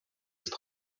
jest